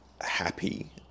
happy